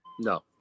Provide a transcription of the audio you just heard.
No